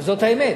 זאת האמת.